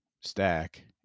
stack